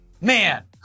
man